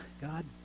God